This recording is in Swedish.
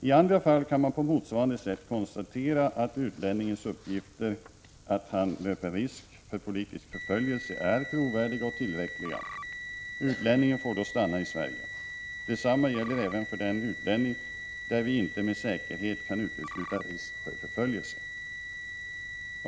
I andra fall kan man på motsvarande sätt konstatera att utlänningens uppgifter att han löper risk för politisk förföljelse är trovärdiga och tillräckliga. Utlänningen får då stanna i Sverige. Detsamma gäller även för den utlänning där vi inte med säkerhet kan utesluta risk för förföljelse.